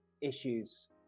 issues